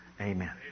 amen